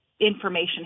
information